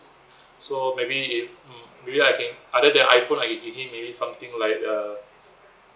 so maybe he mm maybe I can other than iphone I can give him maybe something like err